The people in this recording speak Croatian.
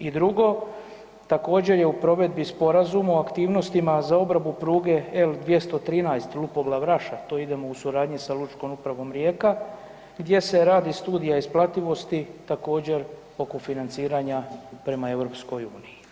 I drugo, također je u provedbi sporazum o aktivnosti za obradu L213 Lupoglav-Raša, to idemo u suradnji sa Lučkom upravom Rijeka gdje se radi studija isplativosti također oko financiranja prema EU.